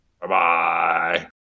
Bye-bye